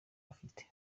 bafite